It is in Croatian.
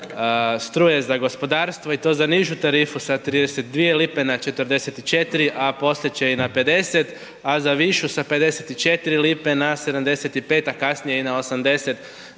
struje za gospodarstvo i to za nižu tarifu sa 32 lipe na 44, a poslije će i na 50, a za višu sa 54 lipe na 75, a kasnije i na 80,